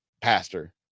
pastor